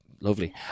lovely